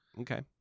Okay